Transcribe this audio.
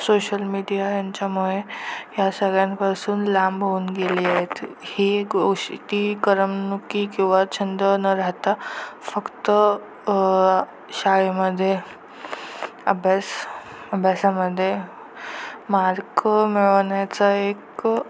social media ह्यांच्यामुळे ह्या सगळ्यांपासून लांब होऊन गेली आहेत ही एक गोष्टी करमणुकी किंवा छंद न राहता फक्त शाळेमध्ये अभ्यास अभ्यासामध्ये मार्क मिळवण्याचा एक